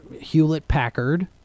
Hewlett-Packard